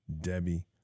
Debbie